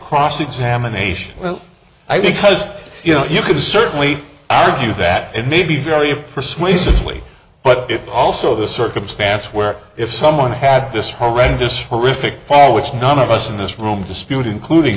cross examination well i because you know you could certainly argue that it may be very persuasive sweet but it's also the circumstance where if someone had this horrendous horrific fall which none of us in this room dispute including